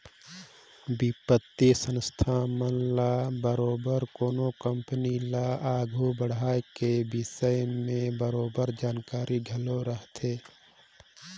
बित्तीय संस्था मन ल बरोबेर कोनो कंपनी ल आघु बढ़ाए कर बिसे में बरोबेर जानकारी घलो रहथे